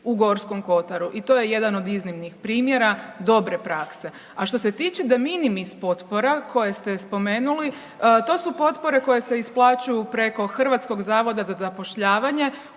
u Gorskom kotaru i to je jedan od iznimnih primjera dobre prakse. A što se tiče de minimis potpora koje ste spomenuli to su potpore koje se isplaćuju preko HZZ-a upravo radno